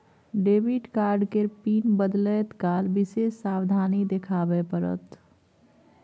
debit card केर PIN बदलैत काल विशेष सावाधनी देखाबे पड़त